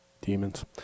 Demons